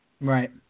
Right